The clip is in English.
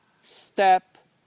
step